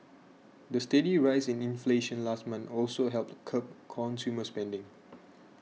the steady rise in inflation last month also helped curb consumer spending